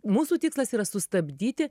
mūsų tikslas yra sustabdyti